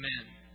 Amen